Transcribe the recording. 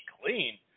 clean